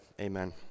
Amen